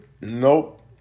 Nope